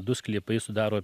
du sklypai sudaro